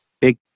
big